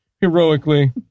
heroically